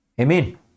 Amen